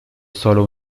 solo